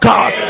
God